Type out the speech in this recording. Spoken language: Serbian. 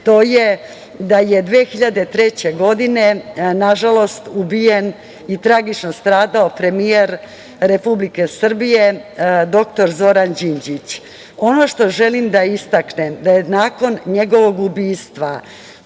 to je da je 2003. godine nažalost ubijen i tragično stradao premijer Republike Srbije, doktor Zoran Đinđić. Ono što želim da istaknem da je nakon njegovog ubistva